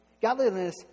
godliness